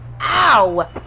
Ow